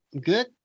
Good